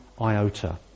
iota